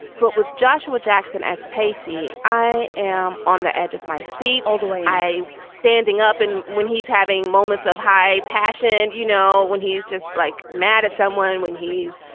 but with joshua jackson s pesi, i am on the edge of my seat all the way i standing up and when he's having moments of high passion, you know, when he's just like mad at someone, when he's,